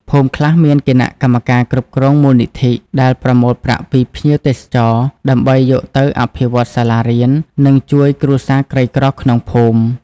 ភូមិខ្លះមានគណៈកម្មការគ្រប់គ្រងមូលនិធិ ដែលប្រមូលប្រាក់ពីភ្ញៀវទេសចរណ៍ ដើម្បីយកទៅអភិវឌ្ឍសាលារៀន និងជួយគ្រួសារក្រីក្រក្នុងភូមិ។